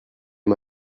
les